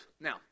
Now